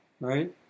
right